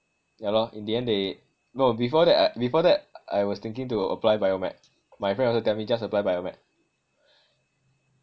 yah lor in the end they no before that I before that I was thinking to apply biomed my friend also tell me just apply biomed